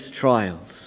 trials